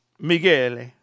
Miguel